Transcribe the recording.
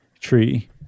tree